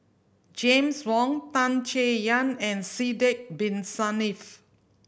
James Wong Tan Chay Yan and Sidek Bin Saniff